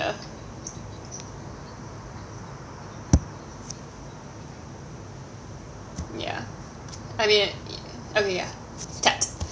I mean okay ya tapped